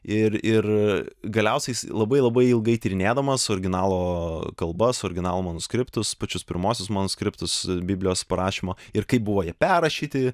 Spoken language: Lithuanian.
ir ir galiausiaijis labai labai ilgai tyrinėdamas originalo kalbas originalo manuskriptus pačius pirmuosius manuskriptus biblijos parašymo ir kaip buvo jie perrašyti